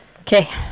Okay